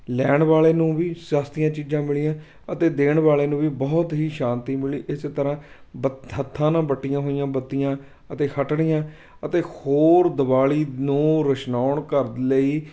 ਲੈਣ ਵਾਲੇ ਨੂੰ ਵੀ ਸਸਤੀਆਂ ਚੀਜ਼ਾਂ ਮਿਲੀਆਂ ਅਤੇ ਦੇਣ ਵਾਲੇ ਨੂੰ ਵੀ ਬਹੁਤ ਹੀ ਸ਼ਾਂਤੀ ਮਿਲੀ ਇਸੇ ਤਰ੍ਹਾਂ ਬੱਤ ਹੱਥਾਂ ਨਾਲ ਵੱਟੀਆਂ ਹੋਈਆਂ ਬੱਤੀਆਂ ਅਤੇ ਹੱਟੜੀਆਂ ਅਤੇ ਹੋਰ ਦਿਵਾਲੀ ਨੂੰ ਰੁਸ਼ਨਾਉਣ ਘਰ ਲਈ